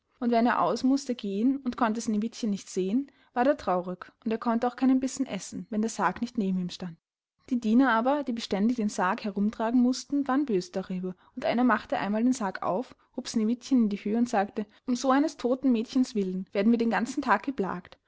und wenn er aus mußte gehen und konnte sneewittchen nicht sehen ward er traurig und er konnte auch keinen bissen essen wenn der sarg nicht neben ihm stand die diener aber die beständig den sarg herumtragen mußten waren bös darüber und einer machte einmal den sarg auf hob sneewittchen in die höh und sagte um so eines todten mädchens willen werden wir den ganzen tag geplagt